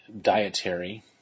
dietary